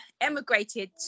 emigrated